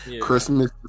Christmas